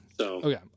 okay